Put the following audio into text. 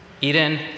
Eden